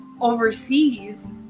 overseas